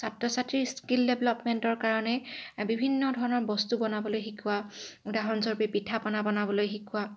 ছাত্ৰ ছাত্ৰীৰ স্কিল ডেভেলপ্টমেণ্টৰ কাৰণে বিভিন্ন ধৰণৰ বস্তু বনাবলৈ শিকোৱা উদাহৰণস্বৰূপে পিঠা পনা বনাবলৈ শিকোৱা